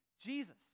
Jesus